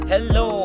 Hello